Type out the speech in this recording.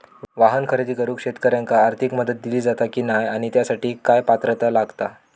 वाहन खरेदी करूक शेतकऱ्यांका आर्थिक मदत दिली जाता की नाय आणि त्यासाठी काय पात्रता लागता?